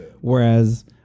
whereas